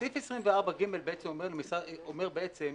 סעיף 24(ג) אומר בעצם,